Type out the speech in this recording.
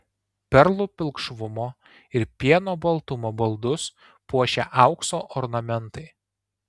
perlų pilkšvumo ir pieno baltumo baldus puošia aukso ornamentai